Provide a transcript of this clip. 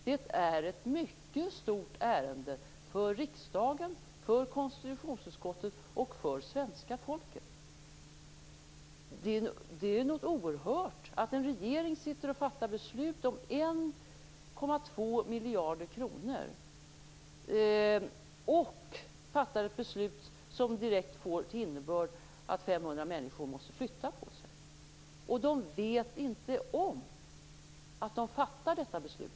Det är ett mycket stort ärende - för riksdagen, för konstitutionsutskottet och för svenska folket. Det är något oerhört att en regering sitter och fattar ett beslut om 1,2 miljarder kronor vilket direkt får till innebörd att 500 människor måste flytta på sig - utan att veta om att man fattar detta beslut!